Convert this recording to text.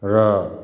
र